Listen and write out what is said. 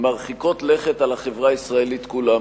מרחיקות לכת על החברה הישראלית כולה.